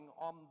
on